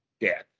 death